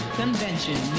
convention